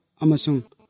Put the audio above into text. amasung